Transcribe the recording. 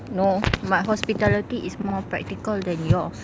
no my hospitality is more practical than yours